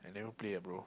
I never play ah bro